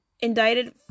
indicted